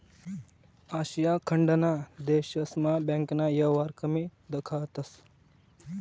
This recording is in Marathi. आशिया खंडना देशस्मा बँकना येवहार कमी दखातंस